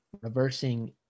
reversing